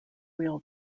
wheel